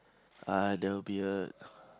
uh there will be a